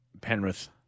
Penrith